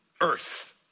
earth